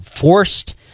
forced